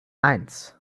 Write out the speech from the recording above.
eins